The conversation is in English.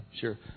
sure